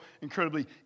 incredibly